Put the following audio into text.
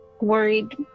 worried